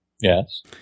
Yes